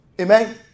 Amen